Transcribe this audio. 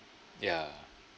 ya